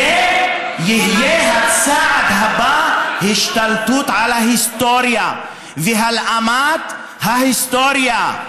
הצעד הבא יהיה השתלטות על ההיסטוריה והלאמת ההיסטוריה,